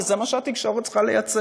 וזה מה שהתקשורת צריכה לייצג?